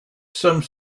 some